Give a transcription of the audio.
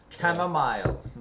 Chamomile